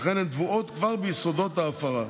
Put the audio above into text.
שכן הן כבר טבועות ביסודות ההפרה.